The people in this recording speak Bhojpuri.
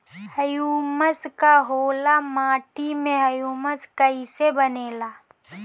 ह्यूमस का होला माटी मे ह्यूमस कइसे बनेला?